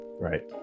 Right